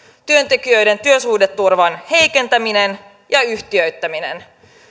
työntekijöiden työsuhdeturvan heikentäminen ja yhtiöittäminen